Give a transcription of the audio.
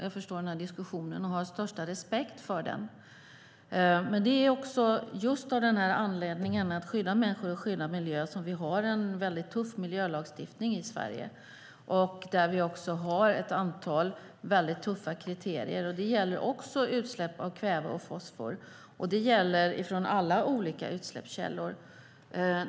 Jag förstår den diskussionen och har största respekt för den. Det är just för att skydda människor och miljö som vi har en väldigt tuff miljölagstiftning i Sverige. Vi har ett antal tuffa kriterier. Det gäller också utsläpp av kväve och fosfor från alla olika utsläppskällor.